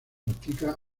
practica